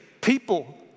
people